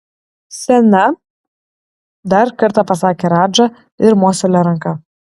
sena dar kartą pasakė radža ir mostelėjo ranka